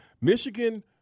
Michigan